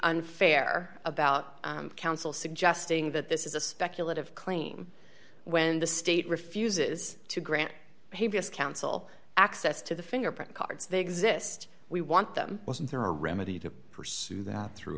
unfair about counsel suggesting that this is a speculative claim when the state refuses to grant counsel access to the fingerprint cards they exist we want them wasn't there a remedy to pursue that through